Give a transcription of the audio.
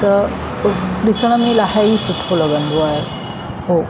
त ॾिसण में इलाही सुठो लॻंदो आहे पोइ